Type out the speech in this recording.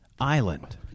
Island